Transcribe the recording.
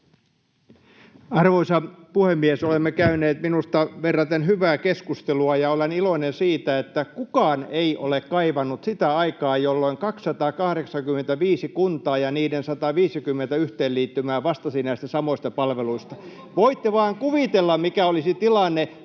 Arvoisa puhemies! Olemme käyneet minusta verraten hyvää keskustelua, ja olen iloinen siitä, että kukaan ei ole kaivannut sitä aikaa, jolloin 285 kuntaa ja niiden 150 yhteenliittymää vastasi näistä samoista palveluista. Voitte vain kuvitella, mikä olisi tilanne,